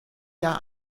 jahr